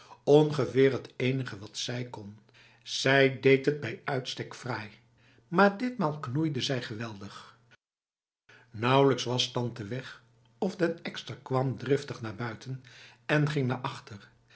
ongeveer het enige wat zij kon zij deed het bij uitstek fraai maar ditmaal knoeide zij geweldig nauwelijks was tante weg of den ekster kwam driftig naar buiten en ging naar achtej